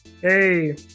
Hey